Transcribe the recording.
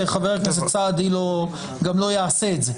חבר הכנסת סעדי גם לא יעשה את זה.